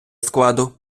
складу